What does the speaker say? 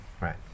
Right